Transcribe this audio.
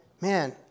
man